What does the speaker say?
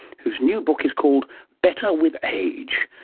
whose new book is called better with age.